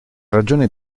ragione